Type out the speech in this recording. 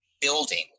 building